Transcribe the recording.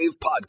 podcast